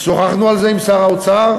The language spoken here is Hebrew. שוחחנו על זה עם שר האוצר,